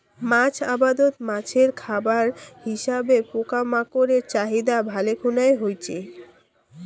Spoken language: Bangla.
মাছ আবাদত মাছের খাবার হিসাবে পোকামাকড়ের চাহিদা ভালে খুনায় হইচে